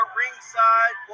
ringside